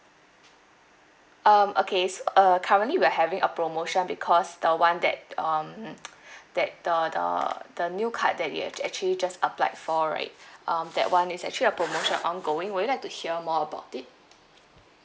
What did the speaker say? um okay so uh currently we're having a promotion because the [one] that um that uh the the new card that you have actually just applied for right um that one is actually a promotion ongoing would you like to hear more about it